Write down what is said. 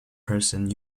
person